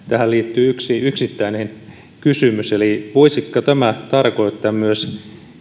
liittyy yksi yksittäinen kysymys eli voisiko tämä tarkoittaa myös